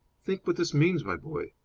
think what this means, my boy.